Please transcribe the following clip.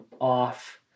off